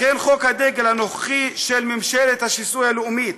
לכן חוק הדגל הנוכחי של ממשלת השיסוי הלאומית